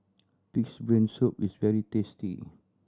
Pig's Brain Soup is very tasty